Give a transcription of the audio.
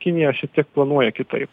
kinija šiek tiek planuoja kitaip